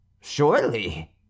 Surely